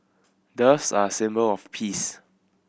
doves are symbol of peace